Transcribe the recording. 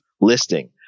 listing